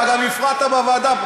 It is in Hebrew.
אתה גם הפרעת בוועדה,